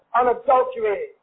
unadulterated